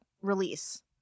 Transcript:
release